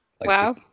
Wow